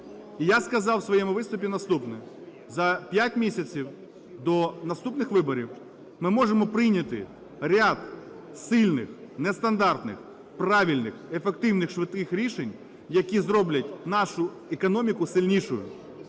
І я сказав в своєму виступі наступне: "За 5 місяців до наступних виборів ми можемо прийняти ряд сильних, нестандартних, правильних, ефективних, швидких рішень, які зроблять нашу економіку сильнішою".